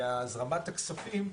הזרמת הכספים,